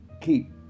keep